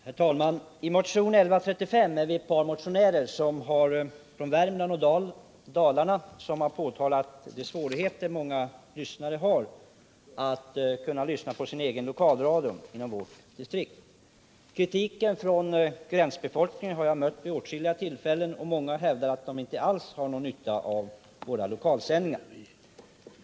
Herr talman! Jag har i motionen 1135 tillsammans med några andra ledamöter från Värmland och Dalarna påtalat de svårigheter många har att lyssna på lokalradion inom det egna distriktet. Kritik från ”gränsbefolkningen” har jag mött vid åtskilliga tillfällen, och många hävdar att de inte alls har någon nytta av lokalradiosändningarna.